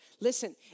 Listen